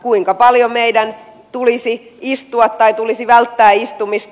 kuinka paljon meidän tulisi istua tai tulisi välttää istumista